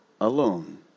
alone